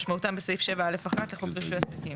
כמשמעותם בסעיף 7(א)(1) לחוק רישוי עסקים.